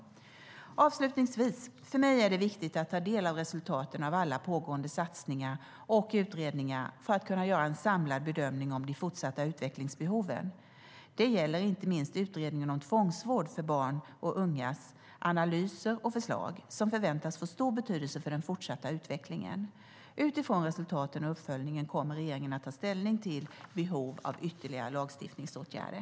Avslutningsvis: För mig är det viktigt att ta del av resultaten av alla pågående satsningar och utredningar för att kunna göra en samlad bedömning av de fortsatta utvecklingsbehoven. Det gäller inte minst Utredningen om tvångsvård för barn och ungas analyser och förslag, som förväntas få stor betydelse för den fortsatta utvecklingen. Utifrån resultaten och uppföljningarna kommer regeringen att ta ställning till behov av ytterligare lagstiftningsåtgärder.